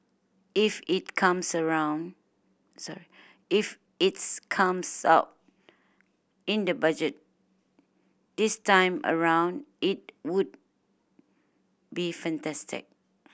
if it comes around sorry if its comes out in the Budget this time around it would be fantastic